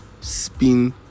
spin